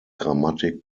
grammatik